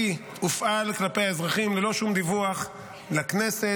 הופעל כלפי האזרחים ללא שום דיווח לכנסת.